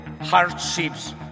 hardships